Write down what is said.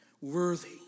Worthy